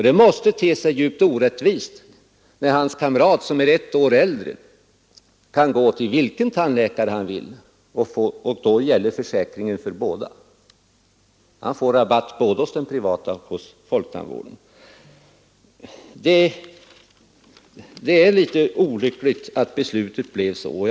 Det måste te sig djupt orättvist, när hans kamrat som är ett år äldre kan gå till vilken tandläkare han vill eftersom försäkringen då gäller för båda. Han får rabatt både hos den privata tandläkaren och hos folktandvården. Det är olyckligt att beslutet blev sådant.